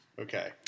Okay